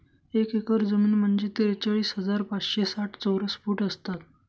एक एकर जमीन म्हणजे त्रेचाळीस हजार पाचशे साठ चौरस फूट असतात